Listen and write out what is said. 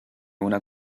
una